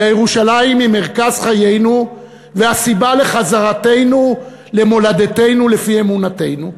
וירושלים היא מרכז חיינו והסיבה לחזרתנו למולדתנו לפי אמונתנו.